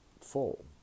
full